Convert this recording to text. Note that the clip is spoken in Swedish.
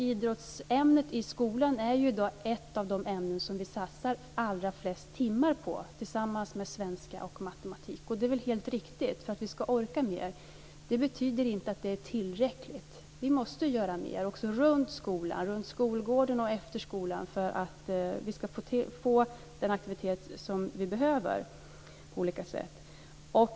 Idrottsämnet i skolan är i dag ett av de ämnen som vi satsar allra flest timmar på, tillsammans med svenska och matematik, för att man ska orka med. Det är helt riktigt. Det betyder inte att det är tillräckligt. Vi måste göra mer också runt skolan, runt skolgården och efter skolan för att man ska få den aktivitet som man behöver på olika sätt.